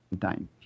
time